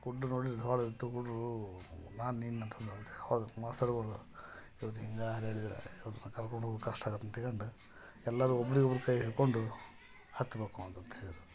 ಕೂಡ ಕೂಡ್ರು ನಾನು ನೀನು ಅಂತಂದು ಇವ್ರು ಹಿಂಗಾರು ಹೇಳಿದರೆ ಇವ್ರನ್ನ ಕರ್ಕೊಂಡು ಹೋಗೂದು ಕಷ್ಟ ಆಗತ್ತೆ ಅಂತ ತಿಳ್ಕಂಡು ಎಲ್ಲರು ಒಬ್ರಿಗೊಬ್ರು ಕೈ ಹಿಡಕೊಂಡು ಹತ್ತಬೇಕು ಅಂತಂತ ಹೇಳಿದರು